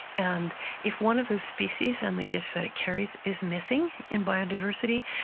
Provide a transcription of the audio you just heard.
and if one of those species and the gifts that it carries is missing in biodiversity,